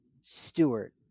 Stewart